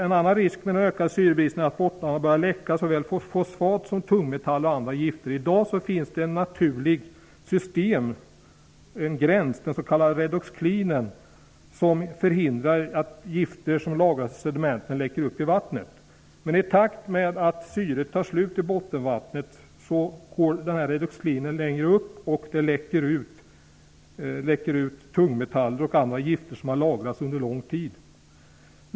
En annan risk med ökande syrebrist är att bottnarna kan börja läcka såväl fosfat som tungmetaller och andra gifter. I dag finns i sedimentlagren ett naturligt skal. Den gräns som där bildas kallas redoxklinen. Den förhindrar att gifter som lagrats i sedimenten läcker upp i vattnet. Men i takt med att syret tar slut i bottenvattnet förskjuts redoxklinen uppåt och tungmetaller och andra gifter som har lagrats under lång tid läcker upp i vattnet.